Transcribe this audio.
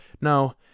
no